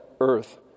Earth